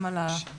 גם על כך